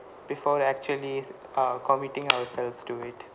before actually uh committing ourselves to it